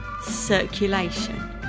Circulation